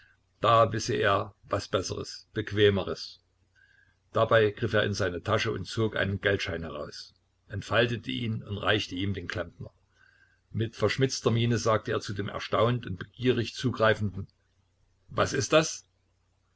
da wisse er was besseres bequemeres dabei griff er in seine tasche und zog einen geldschein heraus entfaltete ihn und reichte ihn dem klempner mit verschmitzter miene sagte er zu dem erstaunt und begierig zugreifenden was ist das